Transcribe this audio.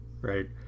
right